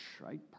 right